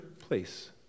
place